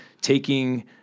taking